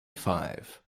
five